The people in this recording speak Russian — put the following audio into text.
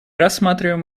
рассматриваем